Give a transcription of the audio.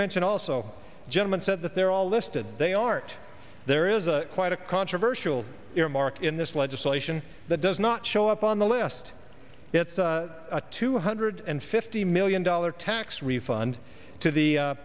mention also gentlemen said that they're all listed they art there is a quite a controversial earmark in this legislation that does not show up on the list it's a two hundred and fifty million dollar tax refund to the